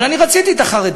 אבל אני רציתי את החרדים.